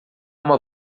uma